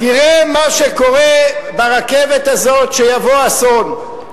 תראה מה שקורה ברכבת הזאת, יבוא אסון.